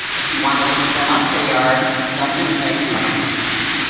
if you want to look them up, they are dungeons, dice and everything nice?